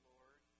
Lord